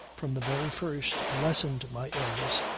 from the very first, lessened my illness,